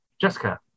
Jessica